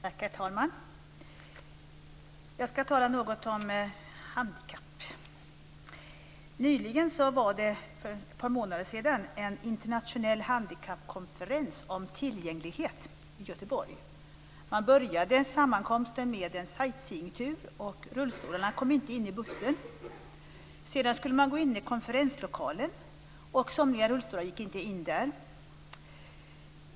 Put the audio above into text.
Herr talman! Jag ska tala något om handikapp. Nyligen, för ett par månader sedan, var det en internationell handikappkonferens om tillgänglighet i Göteborg. Man började sammankomsten med en sightseeingtur, och rullstolarna kom inte in i bussen. Sedan skulle man gå in i konferenslokalen. Somliga rullstolar gick inte in där.